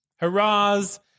Hurrahs